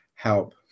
help